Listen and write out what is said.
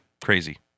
crazy